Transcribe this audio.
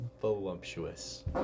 voluptuous